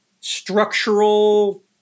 structural